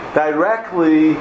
directly